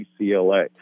UCLA